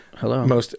Hello